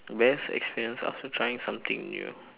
best experience after trying something new